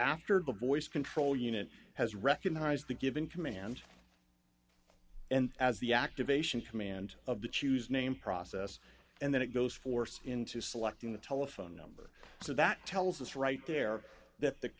the voice control unit has recognized the given command and as the activation command of the choose name process and then it goes forced into selecting the telephone number so that tells us right there that the